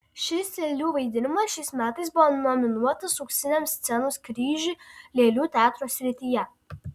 šis lėlių vaidinimas šiais metais buvo nominuotas auksiniam scenos kryžiui lėlių teatro srityje